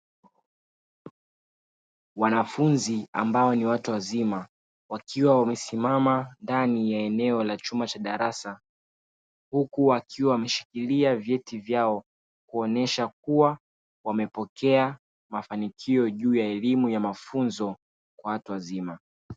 Wanafunzi ambao ni watu wazima wakiwa wamesimama ndani ya eneo la chumba cha darasa. Huku wakiwa wameshikilia vyeti vyao kuonyesha kuwa wamepokea mafanikio juu ya elimu ya mafunzo ya watu wazima.